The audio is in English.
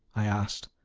i asked,